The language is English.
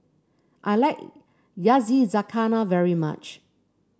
I like Yakizakana very much